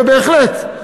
ובהחלט,